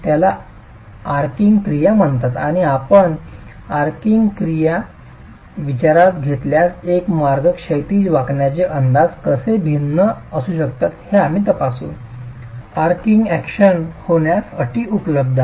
याला आर्कींग क्रिया म्हणतात आणि आपण आर्किंग क्रिया विचारात घेतल्यास एक मार्ग क्षैतिज वाकण्याचे अंदाज कसे भिन्न असू शकतात हे आम्ही तपासू आर्किग अॅक्शन होण्यासाठी अटी उपलब्ध आहेत